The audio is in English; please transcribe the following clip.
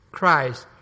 Christ